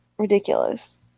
ridiculous